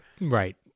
Right